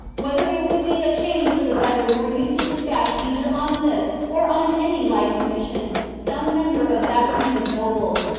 whether it would be a change for the better were you to despatch either on this or on any like commission, some member of that ring of nobles,